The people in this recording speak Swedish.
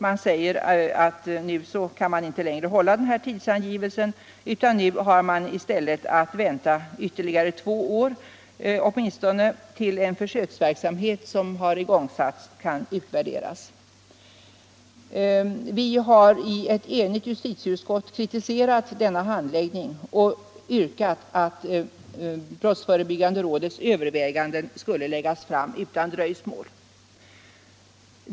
Vi måste nu i stället vänta i åtminstone ytterligare två år till dess att en försöksverksamhet som igångsatts har kunnat utvärderas. Ett enigt justitieutskott har kritiserat denna handläggning och yrkat att brottsförebyggande rådets överväganden skall framläggas utan dröjsmål.